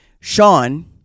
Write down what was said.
Sean